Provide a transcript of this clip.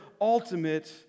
ultimate